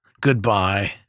Goodbye